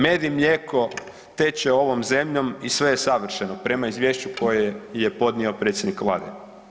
Med i mlijeko teče ovom zemljom i sve je savršeno prema izvješću koje je podnio predsjednik Vlade.